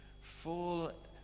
full